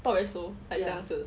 talk very slow like 怎样子